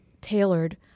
tailored